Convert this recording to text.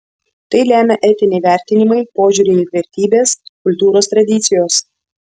tai lemia etiniai vertinimai požiūriai ir vertybės kultūros tradicijos